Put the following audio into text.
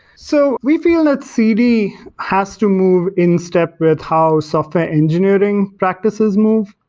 so we feel that cd has to move in step with how software engineering practices move.